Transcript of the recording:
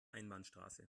einbahnstraße